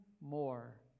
more